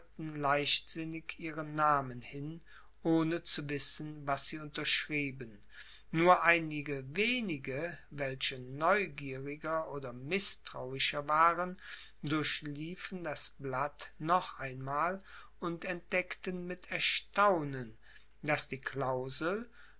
leichtsinnig ihren namen hin ohne zu wissen was sie unterschrieben nur einige wenige welche neugieriger oder mißtrauischer waren durchliefen das blatt noch einmal und entdeckten mit erstaunen daß die klausel